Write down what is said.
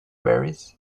berries